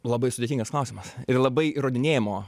labai sudėtingas klausimas ir labai įrodinėjimo